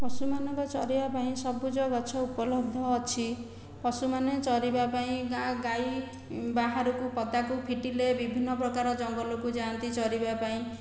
ପଶୁମାନଙ୍କ ଚରିବା ପାଇଁ ସବୁଜ ଗଛ ଉପଲବ୍ଧ ଅଛି ପଶୁମାନେ ଚରିବା ପାଇଁ ଗାଈ ବାହାରକୁ ପଦାକୁ ଫିଟିଲେ ବିଭିନ୍ନ ପ୍ରକାର ଜଙ୍ଗଲକୁ ଯାଆନ୍ତି ଚରିବା ପାଇଁ